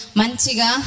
manchiga